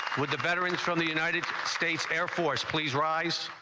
with the veterans from the united states air force, please rise